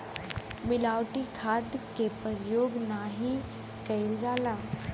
मिलावटी खाद के परयोग नाही कईल जाला